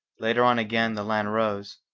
later on again the land rose,